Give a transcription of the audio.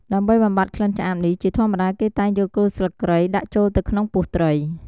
ដើម្បីបំបាត់ក្លិនឆ្អាបនេះ ជាធម្មតាគេតែងយកគល់ស្លឹកគ្រៃដាក់ចូលទៅក្នុងពោះត្រី។